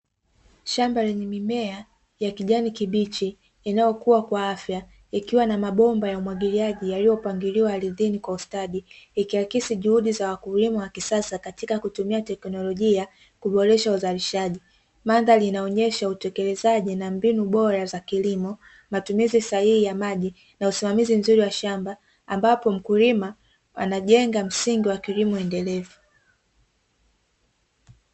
Shamba lenye mimea ya kijani kibichi, inayokuwa kwa afya, ikiwa na mabomba ya umwagiliaji yaliyopangiliwa ardhini kwa ustadi, ikiakisi juhudi za wakulima wa kisasa katika kutumia teknolojia, kuboresha uzalishaji. Mandhari inaonyesha utekelezaji na mbinu bora za kilimo, matumizi sahihi ya maji na usimamizi mzuri wa shamba, ambapo mkulima anajenga msingi wa kilimo endelevu.